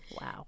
Wow